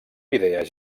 idees